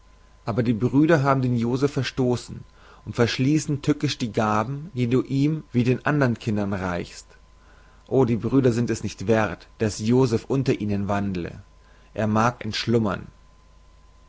aber die brüder haben den joseph verstoßen und verschließen tückisch die gaben die du ihm wie den andern kindern reichst o die brüder sind es nicht werth daß joseph unter ihnen wandle er mag entschlummern